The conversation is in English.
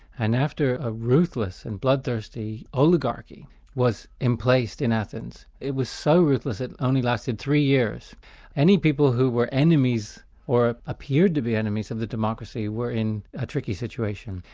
and after a ruthless and bloodthirsty oligarchy was emplaced in athens it was so ruthless it only lasted three years any people who were enemies, or appeared to be enemies of the democracy were in a tricky situation.